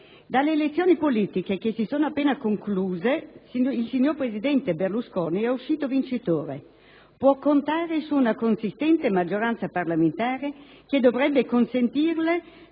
Dalle elezioni politiche, che si sono appena concluse, il signor presidente Berlusconi è uscito vincitore: può contare su una consistente maggioranza parlamentare, che dovrebbe consentirgli